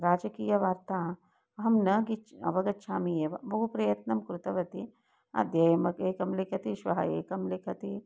राजकीयवार्ता अहं न गिच् अवगच्छामि एव बहु प्रयत्नं कृतवती अद्य एकं लिखति श्वः एकं लिखति